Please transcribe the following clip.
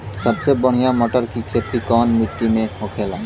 सबसे बढ़ियां मटर की खेती कवन मिट्टी में होखेला?